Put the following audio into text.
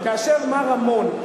וכאשר מר רמון,